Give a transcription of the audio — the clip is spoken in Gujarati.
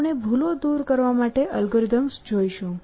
આપણે ભૂલો દૂર કરવા માટે અલ્ગોરિધમ્સ જોશું